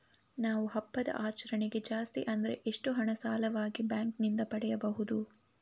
ನಾವು ಹಬ್ಬದ ಆಚರಣೆಗೆ ಜಾಸ್ತಿ ಅಂದ್ರೆ ಎಷ್ಟು ಹಣ ಸಾಲವಾಗಿ ಬ್ಯಾಂಕ್ ನಿಂದ ಪಡೆಯಬಹುದು?